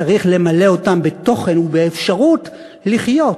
צריך למלא אותן בתוכן ובאפשרות לחיות,